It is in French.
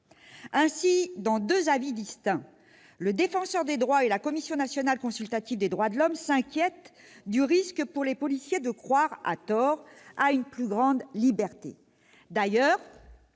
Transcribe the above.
Ainsi, dans deux avis distincts, le Défenseur des droits et la Commission nationale consultative des droits de l'homme s'inquiètent du risque pour les policiers de croire, à tort, à une plus grande liberté.